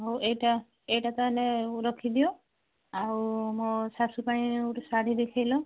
ହଉ ଏଇଟା ଏଇଟା ତା'ହେଲେ ରଖିଦିଅ ଆଉ ମୋ ଶାଶୁ ପାଇଁ ଗୋଟେ ଶାଢ଼ୀ ଦେଖାଇଲ